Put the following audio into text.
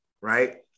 right